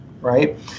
right